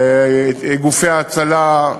גופי ההצלה,